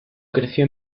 creció